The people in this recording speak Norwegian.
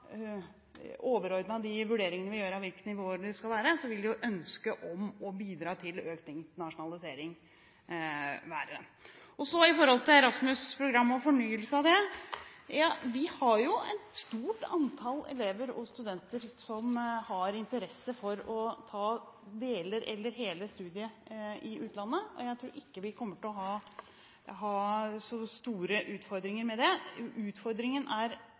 være overordnet de vurderingene vi gjør av hvilke nivåer det skal være. Så om Erasmus-programmet og fornyelse av det. Vi har jo et stort antall elever og studenter som har interesse av å ta deler eller hele studiet i utlandet. Jeg tror ikke vi kommer til å ha så store utfordringer med det. Utfordringen er